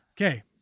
okay